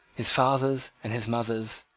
his father's and his mother's,